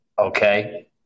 okay